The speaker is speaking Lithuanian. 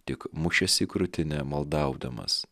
tik mušėsi į krūtinę maldaudamas